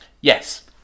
Yes